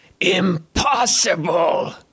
Impossible